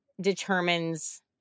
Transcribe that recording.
determines